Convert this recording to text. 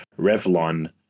Revlon